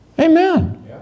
Amen